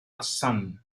hassan